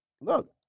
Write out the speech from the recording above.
look